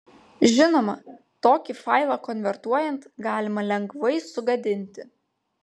žinoma tokį failą konvertuojant galima lengvai sugadinti